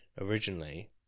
originally